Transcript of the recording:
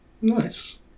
Nice